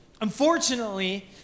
unfortunately